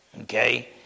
Okay